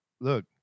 look